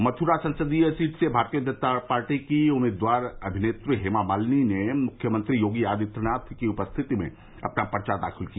मथुरा संसदीय सीट से भारतीय जनता पार्टी की उम्मीदवार अभिनेत्री हेमा मालिनी ने मुख्यमंत्री योगी आदित्यनाथ की उपस्थित में अपना पर्चो दाखिल किया